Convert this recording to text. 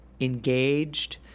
engaged